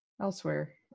elsewhere